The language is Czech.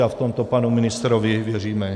A v tomto panu ministrovi věříme.